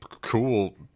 cool